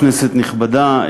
כנסת נכבדה,